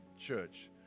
Church